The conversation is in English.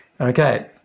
Okay